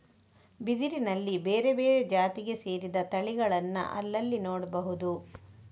ಬಿದಿರಿನಲ್ಲಿ ಬೇರೆ ಬೇರೆ ಜಾತಿಗೆ ಸೇರಿದ ತಳಿಗಳನ್ನ ಅಲ್ಲಲ್ಲಿ ನೋಡ್ಬಹುದು